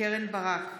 קרן ברק,